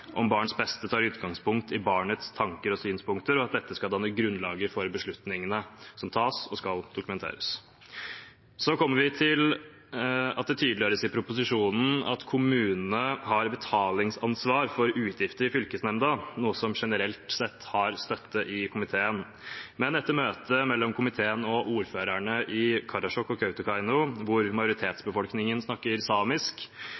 barns beste tar utgangspunkt i barnets tanker og synspunkter, at dette skal danne grunnlaget for beslutningene som tas, og at det skal dokumenteres. Så kommer vi til at det tydeliggjøres i proposisjonen at kommunene har betalingsansvar for utgifter i fylkesnemnda, noe som generelt sett har støtte i komiteen. Men etter et møte mellom komiteen og ordførerne i Karasjok og Kautokeino, hvor majoritetsbefolkningen snakker samisk,